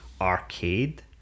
arcade